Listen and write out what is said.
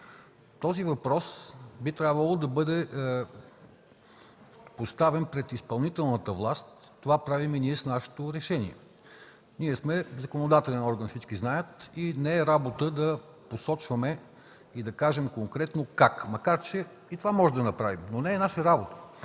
Този въпрос би трябвало да бъде поставен пред изпълнителната власт – това правим с нашето проекторешение. Ние сме законодателен орган, всички знаят, и не е работа да посочваме и да казваме конкретно как, макар че и това можем да направим. Но не е наша работа.